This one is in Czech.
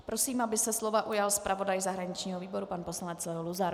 Prosím, aby se slova ujal zpravodaj zahraničního výboru pan poslanec Leo Luzar.